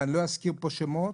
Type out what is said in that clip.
ולא אזכיר פה שמות,